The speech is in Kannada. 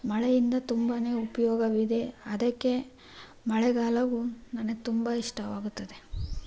ಮಳೆಯಿಂದ ತುಂಬನೇ ಉಪಯೋಗವಿದೆ ಅದಕ್ಕೆ ಮಳೆಗಾಲವು ನನಗೆ ತುಂಬ ಇಷ್ಟವಾಗುತ್ತದೆ